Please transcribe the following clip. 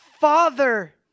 Father